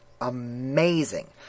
amazing